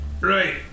Right